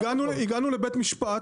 אנחנו הגענו לבית משפט.